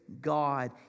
God